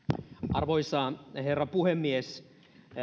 arvoisa herra puhemies